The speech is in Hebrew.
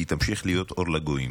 והיא תמשיך להיות אור לגויים.